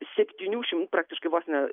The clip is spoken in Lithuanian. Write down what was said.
septynių šim praktiškai vos ne